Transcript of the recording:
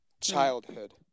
Childhood